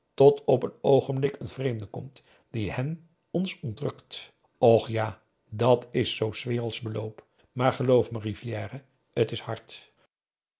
tot op n oogenblik een vreemde komt die hen ons ontrukt och ja dat is zoo s werelds beloop maar geloof me rivière t is hard